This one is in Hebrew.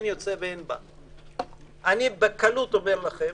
אני בקלות אומר לכם